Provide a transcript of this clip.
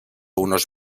unos